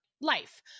life